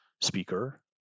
speaker